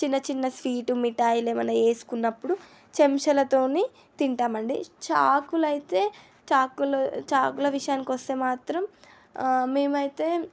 చిన్న చిన్న స్వీట్ మిఠాయిలు ఏమన్న చేసుకున్నప్పుడు చెంచాలతోని తింటామండి చాకులైతే చాకులు చాకులు విషయానికి వస్తే మాత్రం మేమైతే